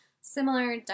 similar